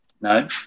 No